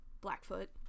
blackfoot